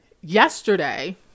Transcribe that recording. yesterday